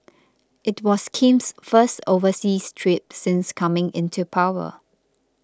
it was Kim's first overseas trip since coming into power